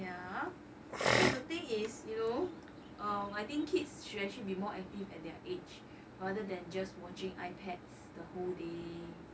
ya so the thing is you know uh I think kids should actually be more active at their age rather than just watching ipads the whole day